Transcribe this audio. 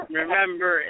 remember